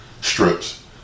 strips